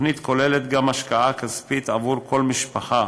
התוכנית כוללת גם השקעה כספית עבור כל משפחה,